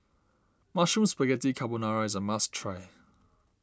Mushroom Spaghetti Carbonara is a must try